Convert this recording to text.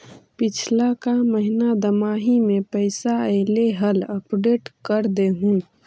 पिछला का महिना दमाहि में पैसा ऐले हाल अपडेट कर देहुन?